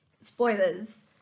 spoilers